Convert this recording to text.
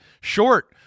short –